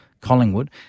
Collingwood